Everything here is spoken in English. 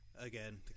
Again